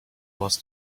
was